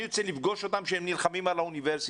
אני צריך לפגוש אותם כשהם נלחמים על אוניברסיטה.